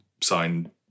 signed